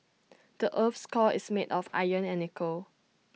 the Earth's core is made of iron and nickel